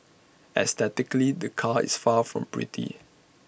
aesthetically the car is far from pretty